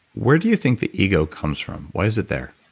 where do you think the ego comes from? why is it there?